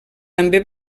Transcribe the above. també